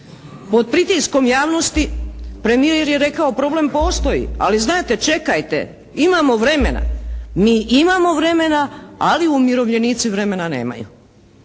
Pod pritiskom javnosti premijer je rekao, problem postoji ali znate, čekajte. Imamo vremena. Mi imamo vremena ali umirovljenici vremena nemaju.